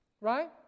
right